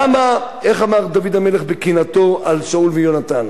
איך אמר דוד המלך בקינתו על שאול ויהונתן: